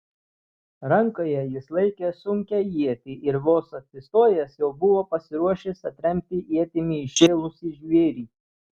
rankoje jis laikė sunkią ietį ir vos atsistojęs jau buvo pasiruošęs atremti ietimi įšėlusį žvėrį